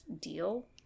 deal